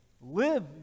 live